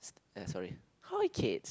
err sorry hi kids